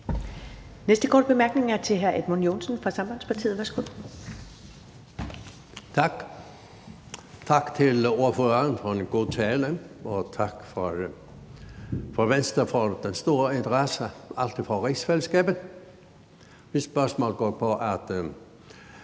næste korte bemærkning er til hr. Edmund Joensen fra Sambandspartiet. Værsgo. Kl. 14:32 Edmund Joensen (SP): Tak. Tak til ordføreren for en god tale, og tak til Venstre for den altid store interesse for rigsfællesskabet. Mit spørgsmål går på, at